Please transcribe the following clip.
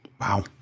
wow